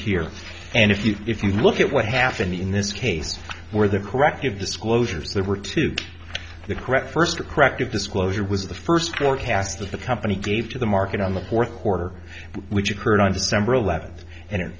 here and if you if you look at what happened in this case where the corrective disclosures there were two the correct first a corrective disclosure was the first forecasts that the company gave to the market on the fourth quarter which occurred on december eleventh and it